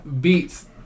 beats